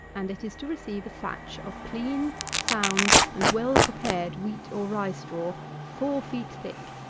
and it is to receive a thatch of clean, sound, and well-prepared wheat or rye straw, four feet thick,